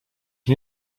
nie